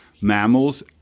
mammals